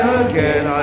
again